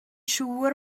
siŵr